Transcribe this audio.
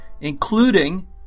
including